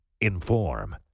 inform